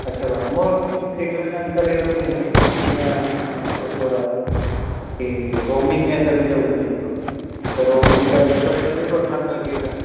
अच्छा मूंखे इहा जानकारी वठिणी हुई की जीअं असांजो जेको आहे की रोमिंग में अगरि मुंहिजो वञे थो त रोमिंग जो एक्स्ट्रा चार्ज वठंदा के न